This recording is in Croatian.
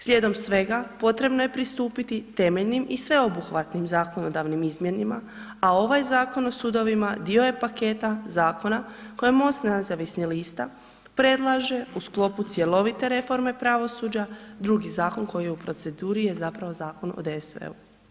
Slijedom svega, potrebno je pristupiti temeljnim i sveobuhvatnim zakonodavnim izmjenama a ovaj Zakon o sudovima dio je paketa zakona koje MOST nezavisnih lista predlaže u sklopu cjelovite reforme pravosuđa, drugi zakon koji je u proceduri je zapravo Zakon o DSV-u.